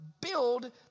build